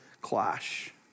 clash